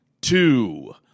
two